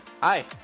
Hi